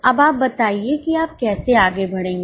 अब आप बताइए कि आप कैसे आगे बढ़ेंगे